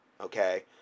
okay